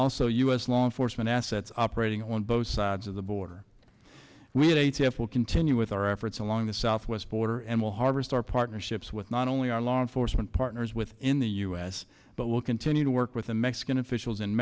also u s law enforcement assets operating on both sides of the border we had a t f will continue with our efforts along the southwest border and will harvest our partnerships with not only our law enforcement partners within the u s but will continue to work with the mexican officials in